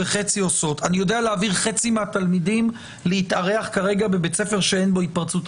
אני יודע להעביר חצי מהתלמידים להתארח כרגע בבית ספר שאין בו התפרצות,